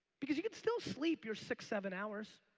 because you can still sleep your six, seven hours.